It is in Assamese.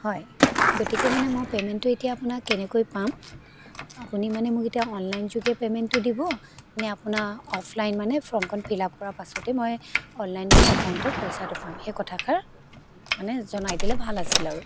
হয় গতিকে মানে মই পে'মেণ্টটো এতিয়া আপোনাৰ কেনেকৈ পাম আপুনি মানে মোক এতিয়া অনলাইনযোগে পে'মেণ্টটো দিব নে আপোনাৰ অফলাইন মানে ফৰ্মখন ফিল আপ কৰাৰ পাছতহে মই অনলাইন মানে একাউণ্টত পইচাটো পাম সেই কথাষাৰ মানে জনাই দিলে ভাল আছিল আৰু